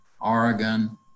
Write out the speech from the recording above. oregon